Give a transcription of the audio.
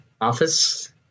office